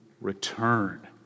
return